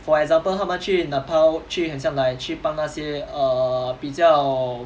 for example 他们去 nepal 去很像 like 去帮那些 err 比较